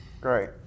Great